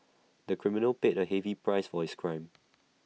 the criminal paid A heavy price for his crime